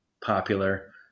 Popular